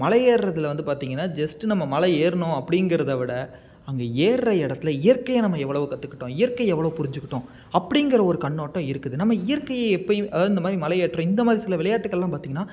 மலையேறுதலில் வந்து பார்த்தீங்கன்னா ஜஸ்ட்டு நம்ம மலை ஏறினோம் அப்டிங்கிறத விட அங்கே ஏர்ற இடத்துல இயற்கையை நம்ம எவ்வளவு கத்துக்கிட்டோம் இயற்கையை எவ்வளோ புரிஞ்சிக்கிட்டோம் அப்டிங்கிற ஒரு கண்ணோட்டம் இருக்குது நம்ம இயற்கையை எப்பயும் அதாவது இந்த மாதிரி மலை ஏற்றம் இந்த மாதிரி சில விளையாட்டுகள்லாம் பார்த்திங்கன்னா